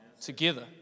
together